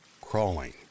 crawling